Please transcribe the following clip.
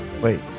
Wait